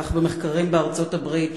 כך במחקרים בארצות-הברית,